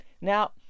now